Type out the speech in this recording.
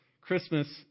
Christmas